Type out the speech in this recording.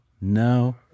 No